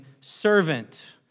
servant